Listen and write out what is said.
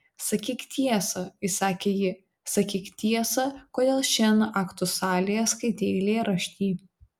sakyk tiesą įsakė ji sakyk tiesą kodėl šiandien aktų salėje skaitei eilėraštį